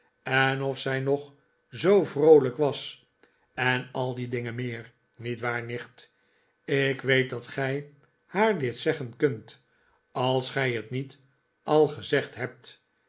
en of zij nog zoo vroolijk was en al die dingen meer niet waar nicht ik weet dat gij haar dit zeggen kunt als gij het niet al gezegd hebt